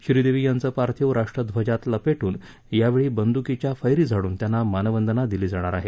श्रीदेवी यांचं पार्थिव राष्ट्रध्वजात लपेटून यावेळी बदुकीच्या फ्री झाडून त्यांना मानवंदना दिली जाणार आहे